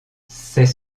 c’est